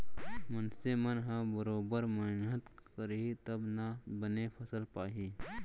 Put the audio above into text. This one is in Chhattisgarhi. मनसे मन ह बरोबर मेहनत करही तब ना बने फसल पाही